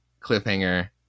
cliffhanger